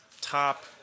top